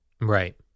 Right